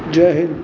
Jay Hind